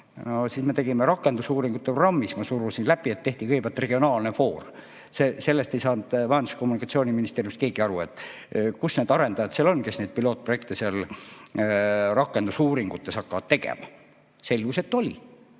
No siis me tegime rakendusuuringute programmi, ma surusin selle läbi, et tehti kõigepealt regionaalne foor. Sellest ei saanud Majandus- ja Kommunikatsiooniministeeriumis keegi aru, et kus need arendajad seal on, kes need pilootprojekte rakendusuuringutes hakkavad tegema. Selgus, et oli.